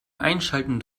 einschalten